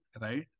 right